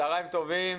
צהריים טובים,